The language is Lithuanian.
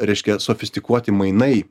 reiškia sofistikuoti mainai